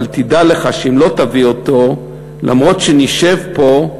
אבל תדע לך שאם לא תביא אותו, אף-על-פי שנשב פה,